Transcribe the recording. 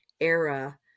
era